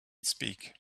speak